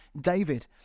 David